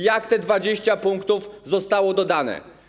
Jak te 20 punktów zostało dodane?